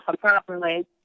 properly